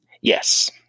yes